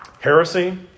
Heresy